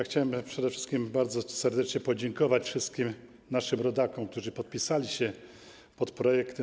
Chciałem przede wszystkim bardzo serdecznie podziękować wszystkim naszym rodakom, którzy podpisali się pod projektem.